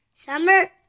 Summer